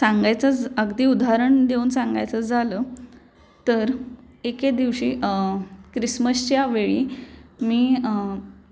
सांगायचंच अगदी उदाहरण देऊन सांगायचं झालं तर एके दिवशी क्रिसमसच्या वेळी मी